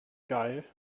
geil